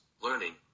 learning